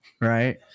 right